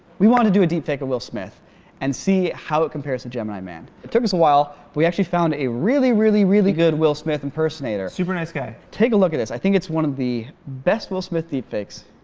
we want to do a deep fake of will smith and see how it compares to gemini, man it took us a while. we actually found a really really really good will smith impersonator. super nice guy take a look at this i think it's one of the best will smith deep fakes.